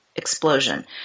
Explosion